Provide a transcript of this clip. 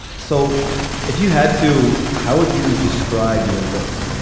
so if you had to. how would you describe your look?